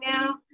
now